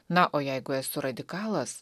na o jeigu esu radikalas